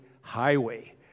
highway